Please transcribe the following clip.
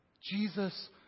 Jesus